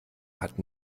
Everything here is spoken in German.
hat